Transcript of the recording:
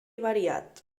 variat